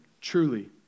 Truly